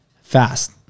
fast